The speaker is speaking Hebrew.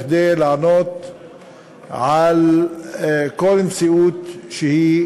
כדי לענות על כל מציאות שהיא,